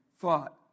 thought